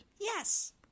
Yes